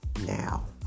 now